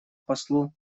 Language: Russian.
послу